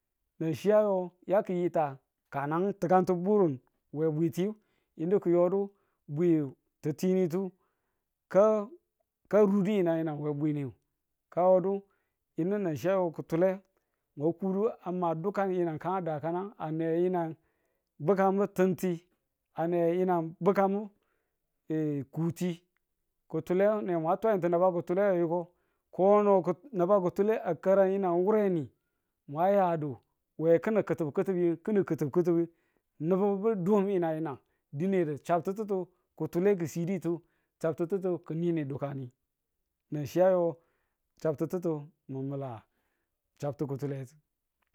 nan chi a yo yaki̱ yita ka nan tịkantu burun we bweti yino kiyodu bwi ti̱ttinitu ka ka rudu yi̱nang yinang we bwini a yodu yinu nan chi a yo kutule mwa kudu a ma dukan yinang kan a dakaminang a ne yinang bekammu timti a newe yinu bekamu kuti. kutule nemwa twai naba kutule we yiko kono k naba kutule a ki̱rang tiyan wureni mwa yadu we kinin kirtibi kirtibayu yin kirtibi kirtibe nubu bi dum yinang yinang dinedu chabtitutu kutule ki̱ siditu, chabtitutu ki̱ ni ni dukani nan chi ayo chabtitutu mi mila chabtu kutuletu